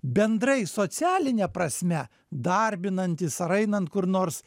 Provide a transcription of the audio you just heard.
bendrai socialine prasme darbinantis ar einant kur nors